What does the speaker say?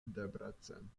debrecen